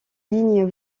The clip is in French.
lignes